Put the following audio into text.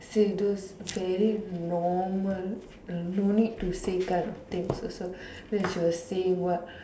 she those very normal no need to say kind of things also then she will say what